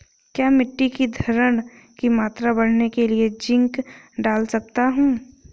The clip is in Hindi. क्या मिट्टी की धरण की मात्रा बढ़ाने के लिए जिंक डाल सकता हूँ?